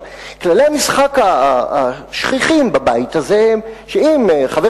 כללי המשחק השכיחים בבית הזה הם שאם חבר